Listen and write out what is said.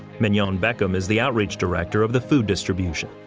menhyonnen beckham is the outreach director of the food distribution.